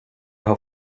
har